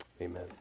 Amen